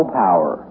power